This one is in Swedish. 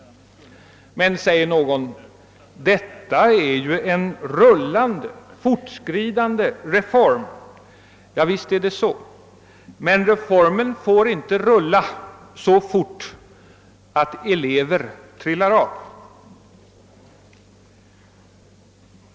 Men, säger någon, detta är ju en rullande, fortskridande reform. Ja visst är det så, men reformer får inte rulla så fort att elever trillar av.